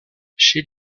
chez